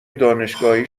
دانشگاهی